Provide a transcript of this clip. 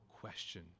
question